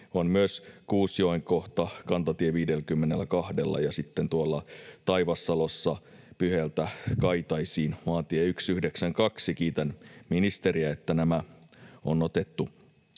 On myös Kuusjoen kohta kantatie 52:lla ja sitten Taivassalossa Pyheltä Kaitaisiin maantie 192. Kiitän ministeriä, että nämä on otettu